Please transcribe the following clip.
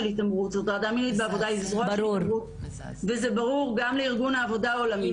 התעמרות וזה ברור גם לארגון העבודה העולמי,